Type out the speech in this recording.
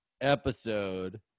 episode